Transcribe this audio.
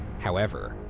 however,